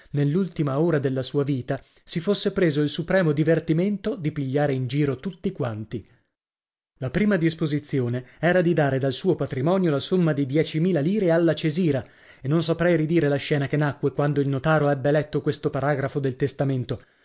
nell'ultima ora della sua vita si fosse preso il supremo divertimento di pigliare in giro tutti quanti la prima disposizione era di dare dal suo patrimonio la somma di diecimila lire alla cesira e non saprei ridire la scena che nacque quando il notaro ebbe letto questo paragrafo del testamento